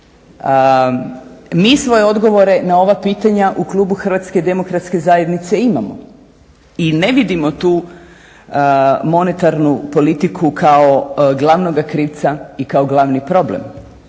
Mi svoje odgovore na ova pitanja u klubu HDZ-a imamo i ne vidimo tu monetarnu politiku kao glavnog krivca i kao glavni problem.